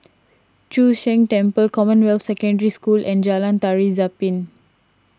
Chu Sheng Temple Commonwealth Secondary School and Jalan Tari Zapin